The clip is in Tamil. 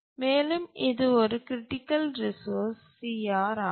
மேலும் இது ஒரு க்ரிட்டிக்கல் ரிசோர்ஸ் CR ஆகும்